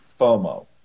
FOMO